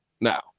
now